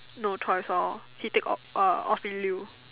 no choice lor he take uh off in lieu